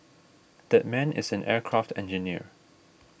that man is an aircraft engineer